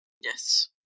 Yes